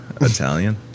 Italian